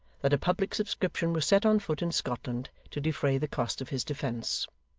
that a public subscription was set on foot in scotland to defray the cost of his defence.